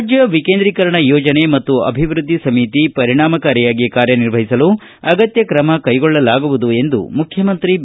ರಾಜ್ಯ ಎಕೇಂದ್ರೀಕರಣ ಯೋಜನೆ ಮತ್ತು ಅಭಿವೃದ್ದಿ ಸಮಿತಿ ಪರಿಣಾಮಕಾರಿಯಾಗಿ ಕಾರ್ಯನಿರ್ವಹಿಸಲು ಅಗತ್ಯ ಕ್ರಮ ಕೈಗೊಳ್ಳಲಾಗುವುದು ಎಂದು ಮುಖ್ಯಮಂತ್ರಿ ಬಿ